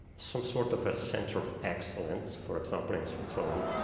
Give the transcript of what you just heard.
some sort of a center of excellence. for example, in switzerland,